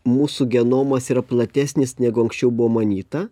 mūsų genomas yra platesnis negu anksčiau buvo manyta